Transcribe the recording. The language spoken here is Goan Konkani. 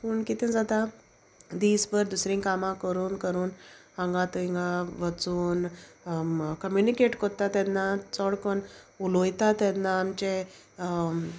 पूण कितें जाता दीसभर दुसरीं कामां करून करून हांगा तेंगा वचून कम्युनिकेट कोत्ता तेन्ना चोड कोन्न उलोयता तेन्ना आमचे